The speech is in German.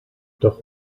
doch